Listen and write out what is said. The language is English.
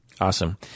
Awesome